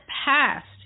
past